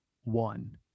one